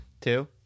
Two